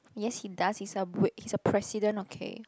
yes he does he is a he is a president okay